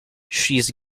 she’s